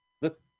Look